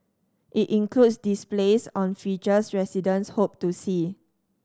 it includes displays on features residents hope to see